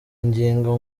ingingo